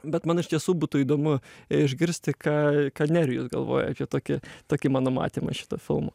bet man iš tiesų būtų įdomu išgirsti ką ką nerijus galvoja apie tokį tokį mano matymą šito filmo